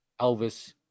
Elvis